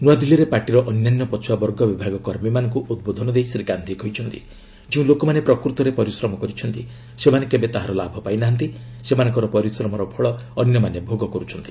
ନୂଆଦିଲ୍ଲୀରେ ପାର୍ଟିର ଅନ୍ୟାନ୍ୟ ପଛୁଆ ବର୍ଗ ବିଭାଗ କର୍ମୀମାନଙ୍କୁ ଉଦ୍ବୋଧନ ଦେଇ ଶ୍ରୀ ଗାନ୍ଧି କହିଛନ୍ତି ଯେଉଁ ଲୋକମାନେ ପ୍ରକୃତରେ ପରିଶ୍ରମ କରିଛନ୍ତି ସେମାନେ କେବେ ତାହାର ଲାଭ ପାଇ ନାହାନ୍ତି ସେମାନଙ୍କ ପରିଶ୍ରମର ଫଳ ଅନ୍ୟମାନେ ଭୋଗ କରୁଛନ୍ତି